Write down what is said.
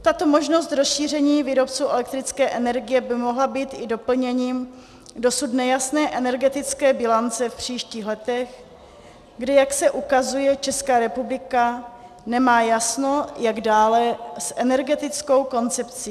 Tato možnost rozšíření výrobců elektrické energie by mohla být i doplněním dosud nejasné energetické bilance v příštích letech, kdy, jak se ukazuje, Česká republika nemá jasno, jak dále s energetickou koncepcí.